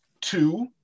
Two